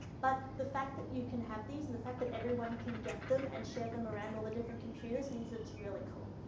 but the fact that you can have these, and the fact that everyone can get them and share them around all the different computers, means it's really cool.